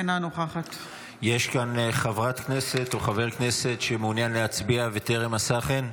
אינה נוכחת יש כאן חבר או חברת כנסת שמעוניין להצביע וטרם עשה כן?